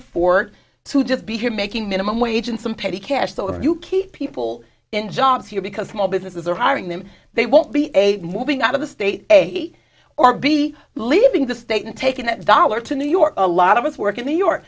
afford to just be here making minimum wage and some petty cash so if you keep people in jobs here because small businesses are hiring them they won't be a moving out of the state ag or be leaving the state and taking that dollar to new york a lot of us work in new york